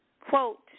quote